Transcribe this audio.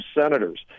senators